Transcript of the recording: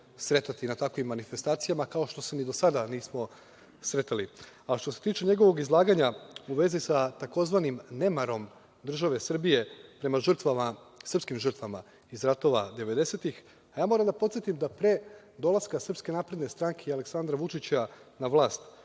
sretati na takvim manifestacijama, kao što se ni do sada nismo sretali. Što se tiče njegovog izlaganja u vezi sa tzv. nemarom države Srbije prema srpskim žrtvama iz ratova 90-ih, ja moram da podsetim da pre dolaska SNS i Aleksandra Vučića na vlast